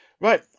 right